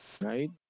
right